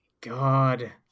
God